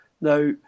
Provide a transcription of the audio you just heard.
Now